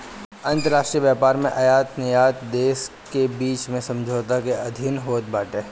अंतरराष्ट्रीय व्यापार में आयत निर्यात देस के बीच में समझौता के अधीन होत बाटे